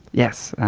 yes.